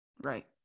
right